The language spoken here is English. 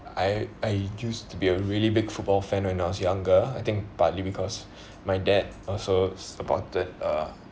I I used to be a really big football fan when I was younger I think partly because my dad also supported uh